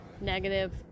Negative